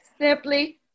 simply